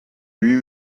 lui